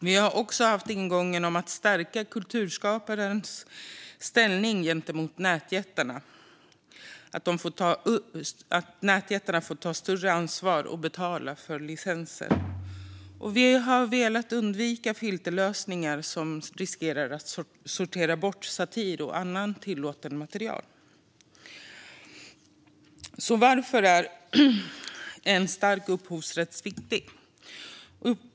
Vi har också haft ingången att stärka kulturskaparens ställning gentemot nätjättarna genom att nätjättarna får ta ett större ansvar och betala för licenser. Vi har velat undvika filterlösningar som riskerar att sortera bort satir och annat tillåtet material. Varför är då en stark upphovsrätt viktig?